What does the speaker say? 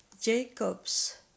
Jacob's